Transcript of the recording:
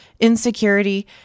insecurity